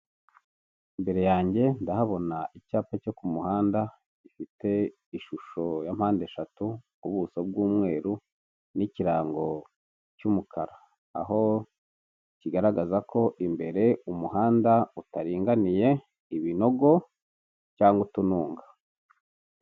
Imbere yange ndahabona icyapa cyo ku muhanda, gifite ishusho ya mpandeshatu, ubuso bw'umweru n'ikirango cy'umukara, aho kigaragaza ko imbere umuhanda utaringaniye, ibinogo cyangwa utununga.